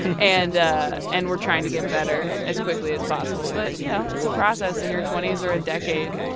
and and we're trying to get better as quickly as possible. but yeah it's a process and your twenties are a decade.